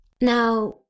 Now